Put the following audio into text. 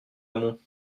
hamon